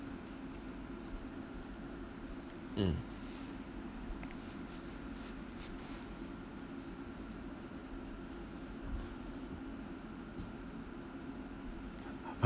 mm